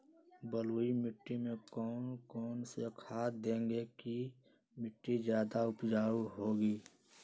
बलुई मिट्टी में कौन कौन से खाद देगें की मिट्टी ज्यादा उपजाऊ होगी?